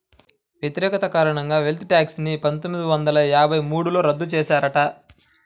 వ్యతిరేకత కారణంగా wealth tax ని పందొమ్మిది వందల యాభై మూడులో రద్దు చేశారట